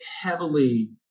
heavily